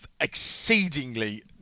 exceedingly